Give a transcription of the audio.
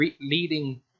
leading